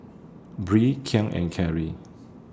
Bree Kian and Kerry